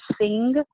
Sing